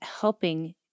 helping